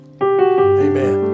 Amen